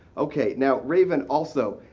okay, now raven also,